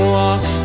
walk